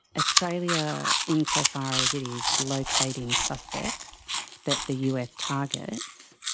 australia, in so far as it is locating suspects that the us targets,